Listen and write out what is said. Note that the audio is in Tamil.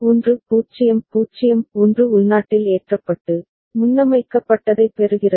1 0 0 1 உள்நாட்டில் ஏற்றப்பட்டு முன்னமைக்கப்பட்டதைப் பெறுகிறது